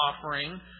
offering